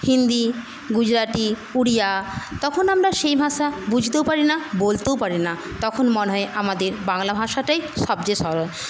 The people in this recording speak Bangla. হিন্দি গুজরাটি উড়িয়া তখন আমরা সেই ভাষা বুঝতেও পারি না বলতেও পারি না তখন মনে হয় আমাদের বাংলা ভাষাটাই সবচেয়ে সরল